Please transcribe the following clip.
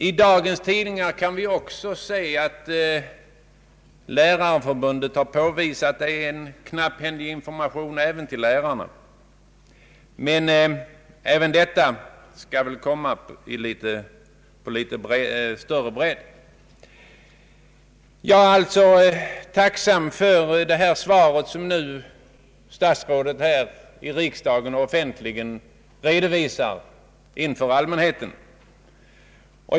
I dagens tidningar kan vi också läsa att Lärarförbundet har påpekat att även lärarna fått knapphändig information. De har inte överallt ens fått den nya läroplanen. Men även till dem kommer väl informationen att breddas. Jag är alltså tacksam för statsrådets svar här i riksdagen, varigenom allmänheten får en offentlig redovisning av läget.